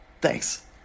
Thanks